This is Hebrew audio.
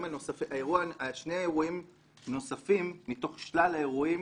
שני אירועים נוספים מתוך שלל האירועים,